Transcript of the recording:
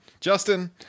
Justin